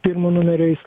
pirmu numeriu eis